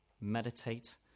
meditate